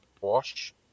wash